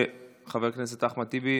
חבר הכנסת אחמד טיבי,